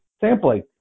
sampling